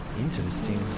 Interesting